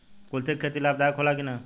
कुलथी के खेती लाभदायक होला कि न?